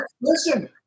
Listen